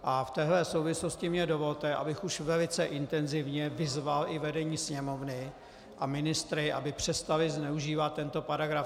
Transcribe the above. A v této souvislosti mi dovolte, abych už velice intenzivně vyzval i vedení Sněmovny a ministry, aby přestali zneužívat tento paragraf.